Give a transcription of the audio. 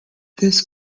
this